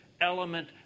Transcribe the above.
element